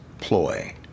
ploy